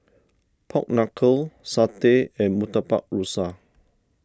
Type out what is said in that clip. Pork Knuckle Satay and Murtabak Rusa